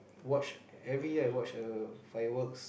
watch every year I watch uh fireworks